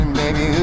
baby